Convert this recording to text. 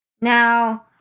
Now